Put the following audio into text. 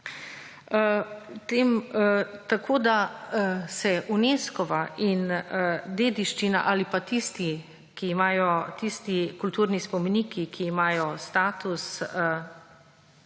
Tako da, se je UNESCOVA dediščina ali pa tisti, ki imajo, tisti kulturni spomeniki, ki imajo status,